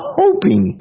hoping